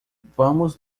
vamos